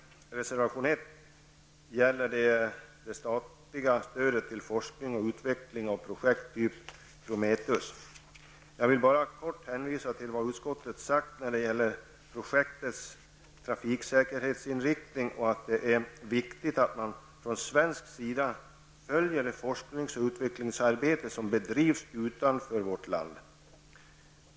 Reservation nr 1 gäller det statliga stödet till forskning och utveckling av projekt av typen Prometheus. Jag vill hänvisa till vad utskottet sade när det gäller projektets trafiksäkerhetsinriktning och att det är viktigt att man från svensk sida följer det forsknings och utvecklingsarbete som bedrivs utanför vårt land.